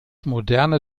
moderne